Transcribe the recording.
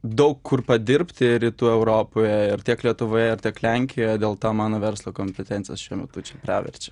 daug kur padirbti ir rytų europoje ir tiek lietuvoje ir tiek lenkijoje dėl to mano verslo kompetencijos šiuo metu čia praverčia